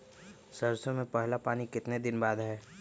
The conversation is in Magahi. सरसों में पहला पानी कितने दिन बाद है?